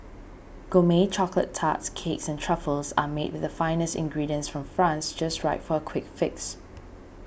gourmet chocolate tarts cakes and truffles are made with the finest ingredients from France just right for a quick fix